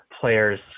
players